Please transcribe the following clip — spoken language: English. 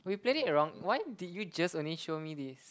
we played it the wrong why did you just only show me this